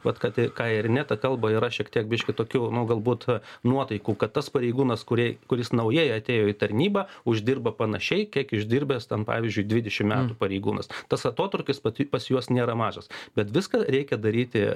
vat kad ką ir ineta kalba yra šiek tiek biškį tokių galbūt nuotaikų kad tas pareigūnas kuri kuris naujai atėjo į tarnybą uždirba panašiai kiek išdirbęs ten pavyzdžiui dvidešim metų pareigūnas tas atotrūkis vat i pas juos nėra mažas bet viską reikia daryti